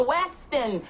Weston